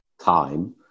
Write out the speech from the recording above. time